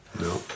No